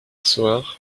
soir